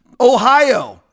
Ohio